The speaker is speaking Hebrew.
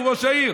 הוא ראש העיר.